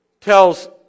tells